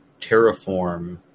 terraform